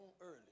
early